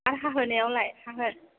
आर हाहोनायावलाय हाहो